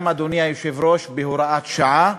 גם, אדוני היושב-ראש, בהוראת שעה.